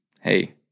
Hey